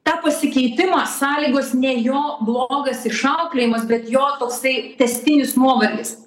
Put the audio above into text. tą pasikeitimą sąlygos ne jo blogas išauklėjimas bet jo toksai tęstinis nuovargis